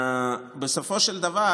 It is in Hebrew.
ובסופו של דבר